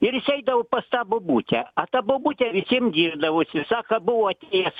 ir jis eidavo pas tą bobutę a ta bobutė visiem girdavosi sako buvo atėjęs